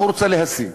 מה הוא רוצה להשיג?